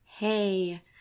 hey